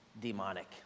demonic